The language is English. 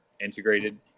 integrated